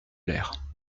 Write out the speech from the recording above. l’air